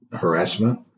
harassment